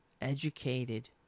educated